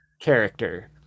character